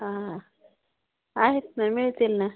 हां आहेत ना मिळतील ना